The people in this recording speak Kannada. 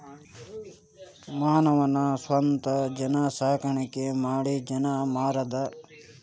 ಮಾನವನ ಸ್ವತಾ ಜೇನು ಸಾಕಾಣಿಕಿ ಮಾಡಿ ಜೇನ ಮಾರುದು